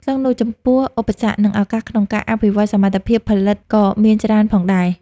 ក្នុងនោះ ចំពោះឧបសគ្គ និងឱកាសក្នុងការអភិវឌ្ឍន៍សមត្ថភាពផលិតក៏មានច្រើនផងដែរ។